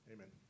Amen